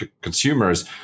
consumers